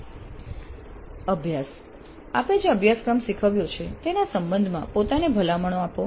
અભ્યાસ આપે જે અભ્યાસક્રમ શીખવ્યો છે તેના સંબંધમાં પોતાને ભલામણો આપો